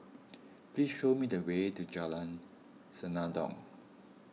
please show me the way to Jalan Senandong